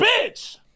bitch